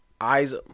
eyes